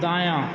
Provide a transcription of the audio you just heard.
दायाँ